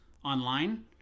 online